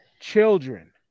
children